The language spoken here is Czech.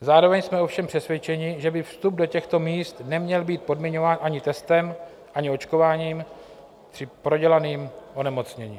Zároveň jsme ovšem přesvědčeni, že by vstup do těchto míst neměl být podmiňován ani testem, ani očkováním při prodělaném onemocnění.